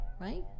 Right